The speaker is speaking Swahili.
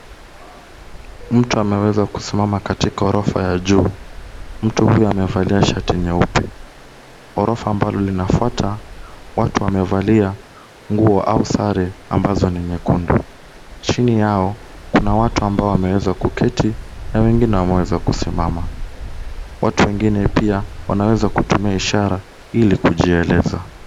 Mtu ameweza kusimama katika ghorofa ya juu .Mtu huyu amevalia shati nyeupe, ghorofa ambalo linafuata, watu wamevalia nguo au sare ambazo ni nyekundu. Chini yao kuna watu ambao wameweza kuketi na wengine wameweza kusimama, watu wengine pia wanaweza kutumia ishara ili kujieleza.